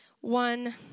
one